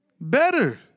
Better